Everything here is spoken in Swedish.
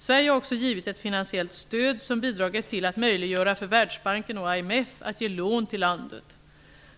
Sverige har också givit ett finansiellt stöd som bidragit till att möjliggöra för Världsbanken och IMF att ge lån till landet.